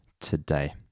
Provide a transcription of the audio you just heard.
today